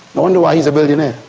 wonder why he's a billionaire?